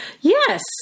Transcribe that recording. Yes